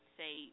say